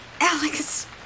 Alex